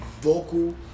vocal